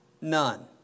none